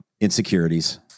insecurities